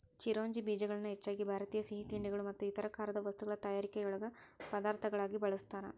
ಚಿರೋಂಜಿ ಬೇಜಗಳನ್ನ ಹೆಚ್ಚಾಗಿ ಭಾರತೇಯ ಸಿಹಿತಿಂಡಿಗಳು ಮತ್ತು ಇತರ ಖಾರದ ವಸ್ತುಗಳ ತಯಾರಿಕೆಯೊಳಗ ಪದಾರ್ಥಗಳಾಗಿ ಬಳಸ್ತಾರ